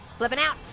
flipping out,